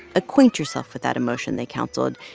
acquaint yourself with that emotion, they counseled,